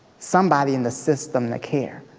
somebody in the system that cared.